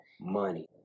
money